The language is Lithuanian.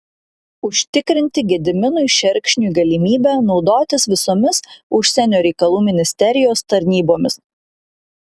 užtikrinti gediminui šerkšniui galimybę naudotis visomis užsienio reikalų ministerijos tarnybomis